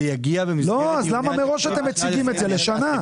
למה מראש אתם מציגים את זה לשנה?